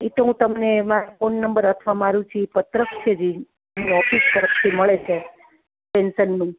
એતો હું તમને એમાં ફોન નંબર અથવા મારું જે પત્રક છે જે ઓફિસ તરફથી મળે છે પેન્શનનું